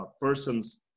person's